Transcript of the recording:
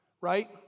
right